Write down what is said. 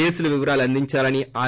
కేసుల వివరాలు అందించాలని ఆర్